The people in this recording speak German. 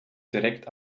direkt